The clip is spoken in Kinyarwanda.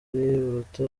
buruta